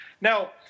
Now